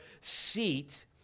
seat